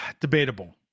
Debatable